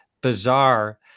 bizarre